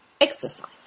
Exercise